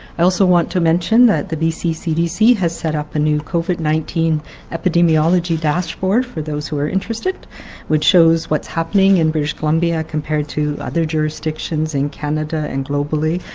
i also want to mention that the bc cdc has set up a new covid nineteen epidemiology dashboard for those who are interested which shows what is happening in british columbia compared to other jurisdictions in canada and globally.